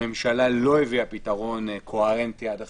הממשלה לא הביאה פתרון קוהרנטי עד עכשיו,